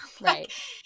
Right